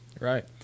Right